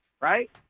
right